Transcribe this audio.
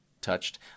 touched